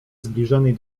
zbliżonej